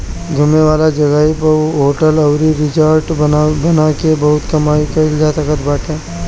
घूमे वाला जगही पअ होटल अउरी रिजार्ट बना के बहुते कमाई कईल जा सकत बाटे